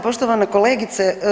Poštovana kolegice.